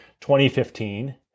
2015